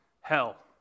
hell